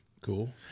Cool